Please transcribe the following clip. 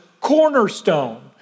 cornerstone